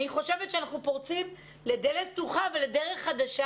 אני חושבת שאנחנו מתפרצים לדלת פתוחה ולדרך חדשה